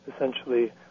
essentially